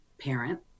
parent